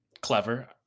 Clever